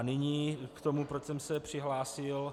Nyní k tomu, proč jsem se přihlásil.